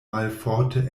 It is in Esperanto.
malforte